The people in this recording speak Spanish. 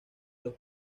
los